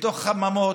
בתוך חממות,